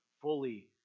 fully